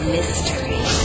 Mystery